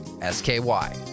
S-K-Y